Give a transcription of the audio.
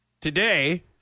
Today